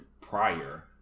prior